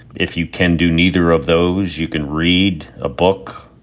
if you can do neither of those, you can read a book,